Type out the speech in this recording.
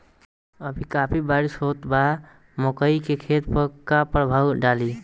अभी काफी बरिस होत बा मकई के खेत पर का प्रभाव डालि?